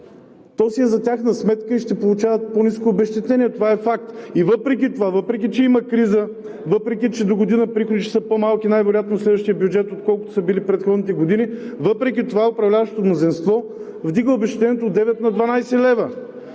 то си е за тяхна сметка, и ще получават по-ниско обезщетение – това е факт. Въпреки това, въпреки че има криза, въпреки че догодина приходите ще са по-малки, най-вероятно в следващия бюджет отколкото са били в предходните години, въпреки това управляващото мнозинство вдига обезщетението от 9 на 12 лв.,